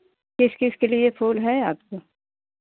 किस किस के लिए फूल है आपको